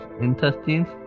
intestines